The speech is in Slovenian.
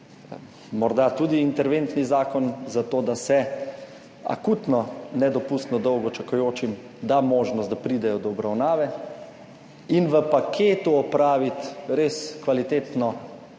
(Nadaljevanje) da se akutno, nedopustno dolgo čakajočim da možnost, da pridejo do obravnave in v paketu opraviti res kvalitetno